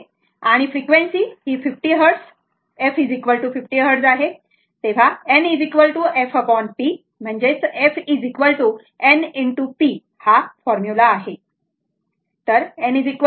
आणि फ्रिक्वेन्सी ही 50 hertz f 50 Hz आहे बरोबर तर n fp कारण f n p हा फॉर्म्युला आहे बरोबर